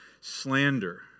slander